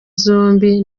zombi